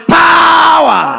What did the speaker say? power